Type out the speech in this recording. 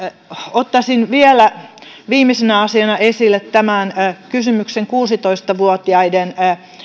ottaisin vielä viimeisenä asiana esille kysymyksen kuusitoista vuotiaiden